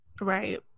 Right